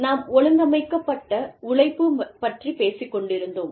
நாம் ஒழுங்கமைக்கப்பட்ட உழைப்பு பற்றிப் பேசிக்கொண்டிருந்தோம்